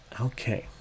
Okay